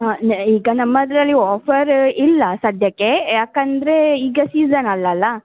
ಹಾಂ ನೆ ಈಗ ನಮ್ಮದರಲ್ಲಿ ಆಫರ ಇಲ್ಲ ಸದ್ಯಕ್ಕೆ ಯಾಕಂದರೆ ಈಗ ಸಿಝನ್ ಅಲ್ಲ ಅಲ್ಲಾ